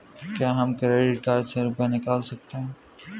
क्या हम credit card से रुपये निकाल सकते हैं?